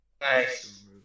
Nice